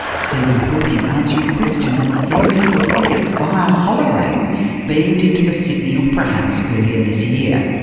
ah stephen hawking answering questions on theoretical physics via hologram beamed into the sydney opera house earlier this year.